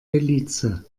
belize